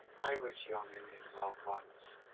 i was young and in love once.